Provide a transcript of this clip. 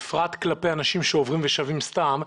בפרט כלפי אנשים שעוברים ושבים סתם,